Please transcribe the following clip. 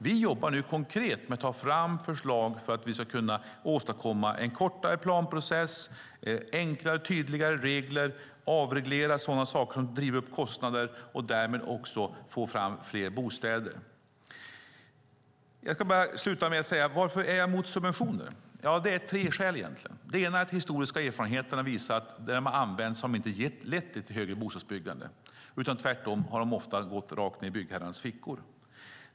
Vi jobbar nu konkret med att ta fram förslag för att vi ska kunna åstadkomma en kortare planprocess, enklare och tydligare regler och avreglering av sådant som driver upp kostnader och därmed också få fram fler bostäder. Jag vill sluta med att säga detta. Varför är jag emot subventioner? Det finns egentligen tre skäl. Det ena är att de historiska erfarenheterna visar att där de har använts har de inte lett till större bostadsbyggande. Tvärtom har de ofta gått rakt ned i byggherrarnas fickor.